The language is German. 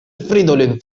fridolin